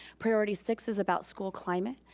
priority six is about school climate.